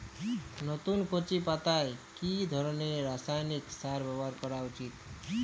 নতুন কচি পাতায় কি ধরণের রাসায়নিক সার ব্যবহার করা উচিৎ?